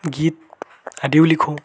গীত আদিও লিখোঁ